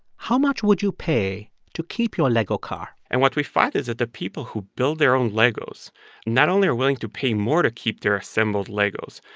how much would you pay to keep your lego car? car? and what we find is that the people who build their own legos not only are willing to pay more to keep their assembled legos.